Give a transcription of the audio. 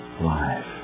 life